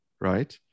right